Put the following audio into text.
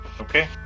Okay